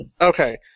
Okay